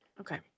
Okay